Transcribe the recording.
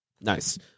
Nice